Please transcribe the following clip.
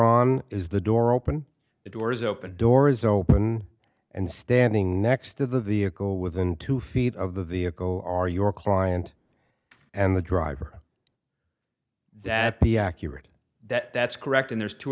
on is the door open the doors open doors open and standing next to the vehicle within two feet of the vehicle are your client and the driver that be accurate that that's correct and there's two